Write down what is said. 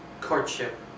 courtship